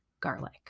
garlic